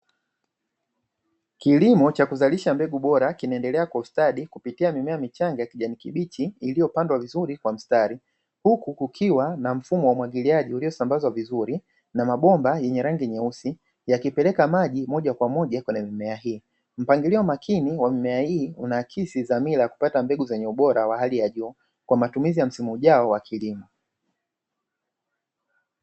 Kilimo cha kuzalisha mbegu bora kinaendelea kwa ustadi kupitia mimea michanga ya kijani kibichi iliyopandwa vizuri kwa mstari. huku kukiwa na mfumo wa umwagiliaji uliosambazwa vizuri na mabomba yenye rangi nyeusi yakipeleka maji moja kwa moja kwenye mimea hii. Mpangilio makini wa mmea hii una akisi dhamira ya kupata mbegu zenye ubora wa hali ya juu kwa matumizi ya msimu ujao wa kilimo.